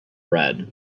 red